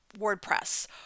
WordPress